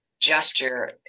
gesture